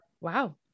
wow